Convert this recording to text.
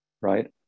right